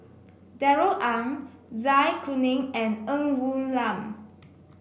Darrell Ang Zai Kuning and Ng Woon Lam